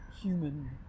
human